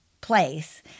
place